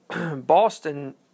Boston